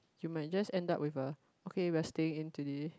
you might just end up with a okay we are staying in today